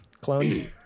clone